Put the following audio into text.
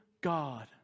God